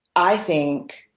i think